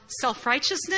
self-righteousness